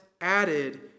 added